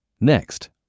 Next